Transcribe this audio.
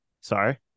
Sorry